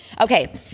Okay